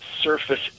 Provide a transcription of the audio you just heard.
surface